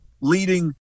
leading